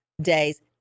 days